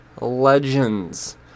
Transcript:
legends